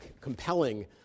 compelling